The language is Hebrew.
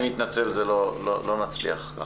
אני מתנצל, לא נצליח.